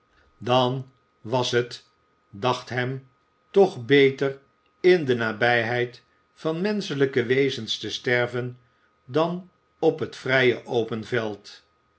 volgende droomwas het dacht hem toch beter in de nabijheid van menschelijke wezens te sterven dan op het vrije open veld